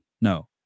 No